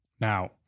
Now